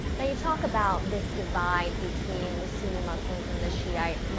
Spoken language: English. now you talk about this divide between the sunni muslims and the shiite